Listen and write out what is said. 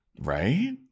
right